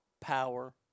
power